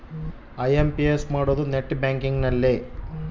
IMPS ಮಾಡೋದು net banking ಅಲ್ಲೆ